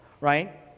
right